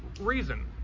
reason